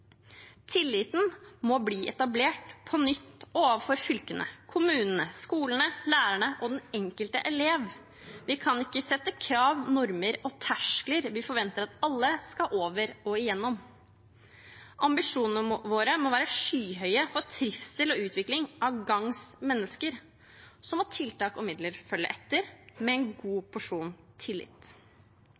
Tilliten må bli etablert på nytt overfor fylkene, kommunene, skolene, lærerne og den enkelte elev. Vi kan ikke sette krav, normer og terskler vi forventer at alle skal over og igjennom. Ambisjonene våre må være skyhøye for trivsel og utvikling av gagns mennesker. Så må tiltak og midler følge etter – med en god porsjon tillit.